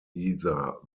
either